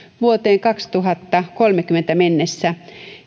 vuoteen kaksituhattakolmekymmentä mennessä